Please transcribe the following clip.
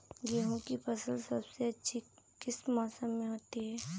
गेंहू की फसल सबसे अच्छी किस मौसम में होती है?